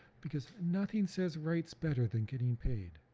because nothing says rights better than getting paid.